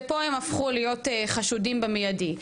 ופה הם הפכו להיות חשודים במיידי.